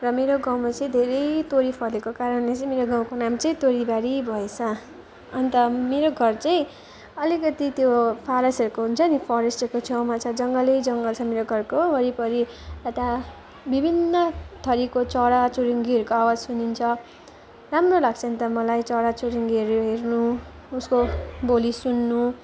र मेरो गाउँमा चाहिँ धेरै तोरी फलेको कारणले चाहिँ मेरो गाउँको नाम चाहिँ तोरीबारी भएछ अन्त मेरो घर चाहिँ अलिकति त्यो फरेस्टहरूको हुन्छ नि फरेस्टहरूको छेउमा छ जङ्गलै जङ्गल छ मेरो घरको वरिपरि यता विभिन्न थरीको चरा चुरुङ्गीहरूको आवाज सुनिन्छ राम्रो लाग्छ अन्त मलाई चराचुरुङ्गीहरू हेर्नु उसको बोली सुन्नु